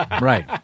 right